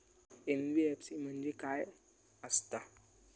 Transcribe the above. NBFC म्हणजे खाय आसत?